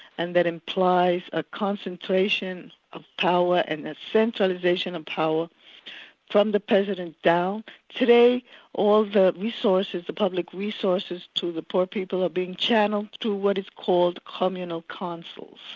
and that implies a concentration of power and centralisation of power from the president down. today all the resources, the public resources to the poor people are being channelled to what is called communal councils.